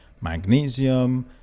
magnesium